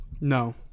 no